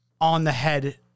on-the-head